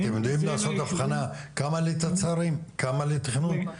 אתם יודעים לעשות את ההבחנה כמה לתצ"רים וכמה לתכנון?